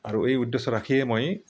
আৰু এই উদ্দেশ্য ৰাখিয়ে মই